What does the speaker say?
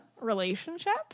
Relationships